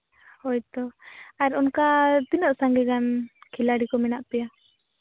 ᱦᱳᱭᱛᱳ ᱟᱨ ᱚᱱᱠᱟ ᱛᱤᱱᱟᱹᱜ ᱥᱟᱸᱜᱮ ᱜᱟᱱ ᱠᱷᱤᱞᱟᱲᱤ ᱠᱚ ᱢᱮᱱᱟᱜ ᱯᱮᱭᱟ